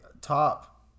top